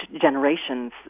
generations